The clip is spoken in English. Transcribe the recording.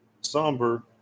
somber